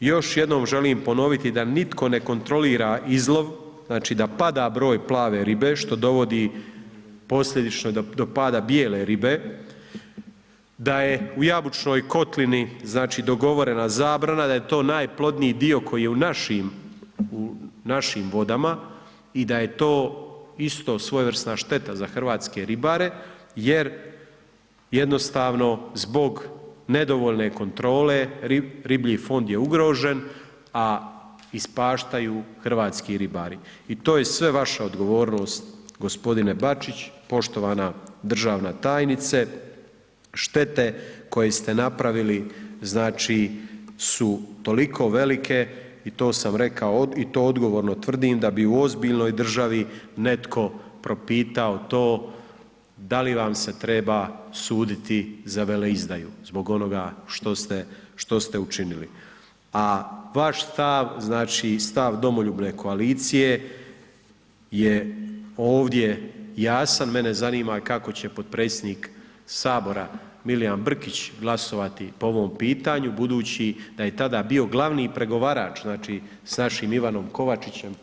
Još jednom želim ponoviti da nitko ne kontrolira izlov, znači, da pada broj plave ribe, što dovodi posljedično do pada bijele ribe, da je u jabučnoj kotlini, znači, dogovorena zabrana, da je to najplodniji dio koji je u našim, u našim vodama i da je to isto svojevrsna šteta za hrvatske ribare jer jednostavno zbog nedovoljne kontrole riblji fond je ugrožen, a ispaštaju hrvatski ribari i to je sve vaša odgovornost g. Bačić, poštovana državna tajnice, štete koje ste napravili, znači, su toliko velike i to sam rekao i to odgovorno tvrdim da bi u ozbiljnoj državi netko propitao to da li vam se treba suditi za veleizdaju zbog onoga što ste učinili, a vaš stav, znači, stav domoljubne koalicije je ovdje jasan, mene zanima kako će potpredsjednik HS Milijan Brkić glasovati po ovom pitanju budući da je tada bio glavni pregovarač, znači, s našim Ivanom Kovačićem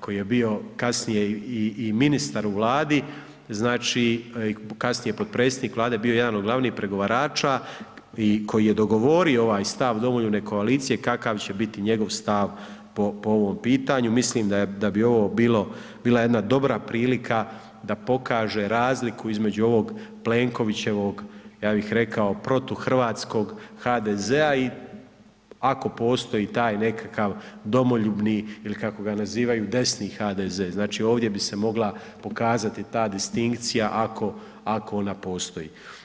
koji je bio kasnije i ministar u Vladi, znači, kasnije potpredsjednik Vlade, bio jedan od glavnih pregovarača i koji je dogovorio ovaj stav domoljubne koalicije kakav će biti njegov stav po ovom pitanju, mislim da bi ovo bila jedna dobra prilika da pokaže razliku između ovog Plenkovićevog, ja bih rekao, protuhrvatskog HDZ-a i ako postoji taj nekakav domoljubni ili kako ga nazivaju desni HDZ, znači, ovdje bi se mogla pokazati ta distinkcija ako ona postoji.